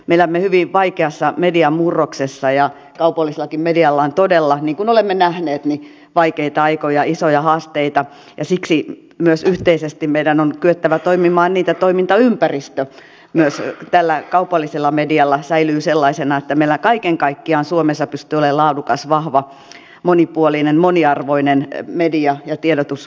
me elämme hyvin vaikeassa median murroksessa ja kaupallisellakin medialla on todella niin kuin olemme nähneet vaikeita aikoja isoja haasteita ja siksi myös yhteisesti meidän on kyettävä toimimaan niin että toimintaympäristö myös tällä kaupallisella medialla säilyy sellaisena että meillä kaiken kaikkiaan suomessa pystyy olemaan laadukas vahva monipuolinen moniarvoinen media ja tiedotusvälineet